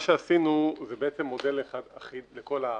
עשינו מודל אחיד לכל הארץ.